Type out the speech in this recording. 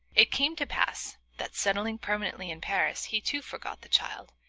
it came to pass that, settling permanently in paris he, too, forgot the child,